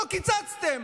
אותו קיצצתם.